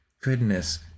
Goodness